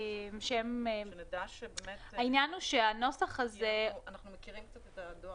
העניין הוא שהנוסח הזה -- אנחנו מכירים את הדואר.